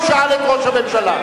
הוא שאל את ראש הממשלה.